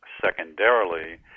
secondarily